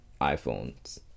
iPhones